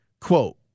Quote